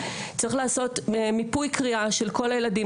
צריך לעשות מיפוי קריאה של כל הילדים,